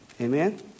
Amen